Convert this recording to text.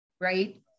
right